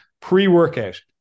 pre-workout